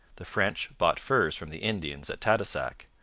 the french bought furs from the indians at tadoussac.